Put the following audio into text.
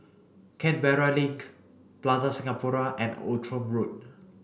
Canberra Link Plaza Singapura and Outram Road